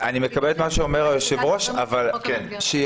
אני מקבל את מה שאומר היושב-ראש אבל שיירשם.